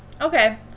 Okay